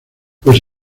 pues